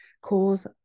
cause